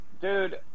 Dude